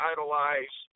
Idolize